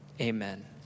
Amen